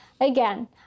again